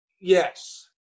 Yes